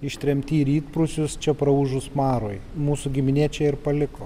ištremti į rytprūsius čia praūžus marui mūsų giminė čia ir paliko